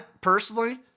personally